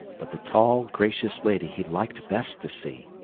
but the tall gracious lady he liked best to see.